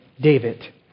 David